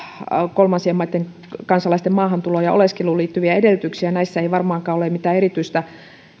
kolmansien maitten kansalaisten maahantuloon ja oleskeluun liittyviä edellytyksiä niin näissä ei varmaankaan ole mitään erityistä